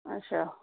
अच्छा